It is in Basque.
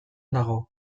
dago